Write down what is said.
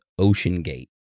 Oceangate